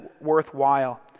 worthwhile